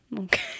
okay